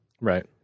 Right